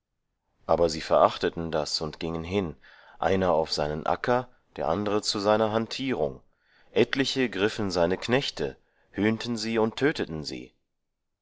aber sie verachteten das und gingen hin einer auf seinen acker der andere zu seiner hantierung etliche griffen seine knechte höhnten sie und töteten sie